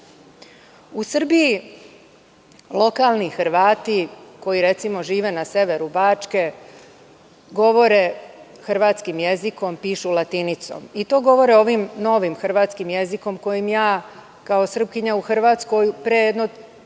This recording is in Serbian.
Srbiji lokalni Hrvati koji recimo žive na severu Bačke, govore hrvatskim jezikom, pišu latinicom i to govore ovim novim hrvatskim jezikom kojim ja, kao Srpkinja u Hrvatskoj, pre jedno